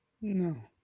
No